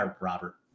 Robert